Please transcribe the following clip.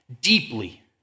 deeply